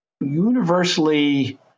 universally